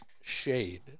shade